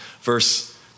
verse